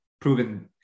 proven